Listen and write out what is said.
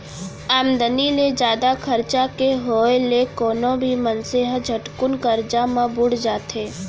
आमदनी ले जादा खरचा के होय ले कोनो भी मनसे ह झटकुन करजा म बुड़ जाथे